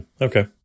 Okay